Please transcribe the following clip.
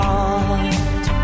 Heart